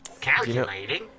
Calculating